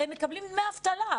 הרי הם מקבלים דמי אבטלה,